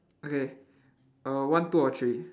okay uh one two or three